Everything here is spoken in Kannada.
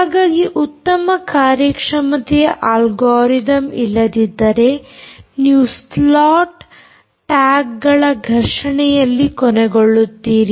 ಹಾಗಾಗಿ ಉತ್ತಮ ಕಾರ್ಯಕ್ಷಮತೆಯ ಆಲ್ಗೊರಿತಮ್ ಇಲ್ಲದಿದ್ದರೆ ನೀವು ಸ್ಲಾಟ್ ಟ್ಯಾಗ್ಗಳ ಘರ್ಷಣೆಯಲ್ಲಿ ಕೊನೆಗೊಳ್ಳುತ್ತೀರಿ